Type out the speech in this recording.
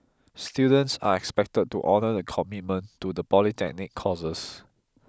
students are expected to honour the commitment to the polytechnic courses